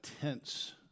tense